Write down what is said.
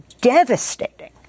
devastating